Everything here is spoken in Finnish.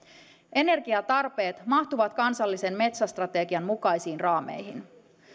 energiatarpeet mahtuvat kansallisen metsästrategian mukaisiin raameihin